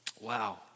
wow